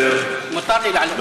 מותר לי לעלות.